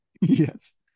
Yes